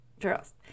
Girls